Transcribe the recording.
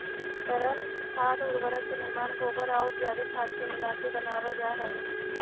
तरल खाद उर्वरक के निर्माण गोबर औउर जैविक पदार्थ के मिलाके बनावल जा हई